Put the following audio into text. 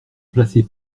placez